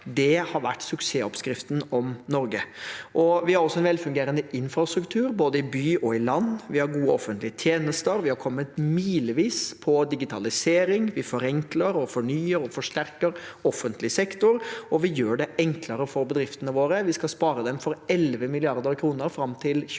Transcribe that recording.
det har vært suksessoppskriften for Norge. Vi har også en velfungerende infrastruktur, i både by og land, vi har gode offentlige tjenester, vi har kommet milevis på digitalisering, vi forenkler, fornyer og forsterker offentlig sektor, og vi gjør det enklere for bedriftene våre. Vi skal spare dem for 11 mrd. kr fram til 2025